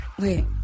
Wait